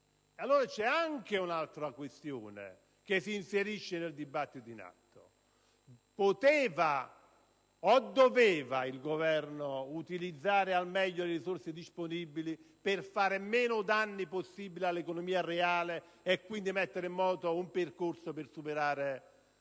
C'è anche un'altra questione che si inserisce nel dibattito in atto: poteva o doveva il Governo utilizzare al meglio le risorse disponibili per fare meno danni possibili all'economia reale e quindi mettere in moto un percorso per superare in maniera